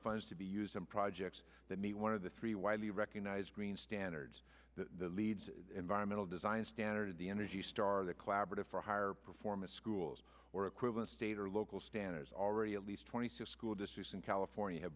funds to be used in projects that meet one of the three widely recognized green standards the leads environmental design standard in the energy star the collaborative for higher performance schools or equivalent state or local standards already at least twenty six school districts in california have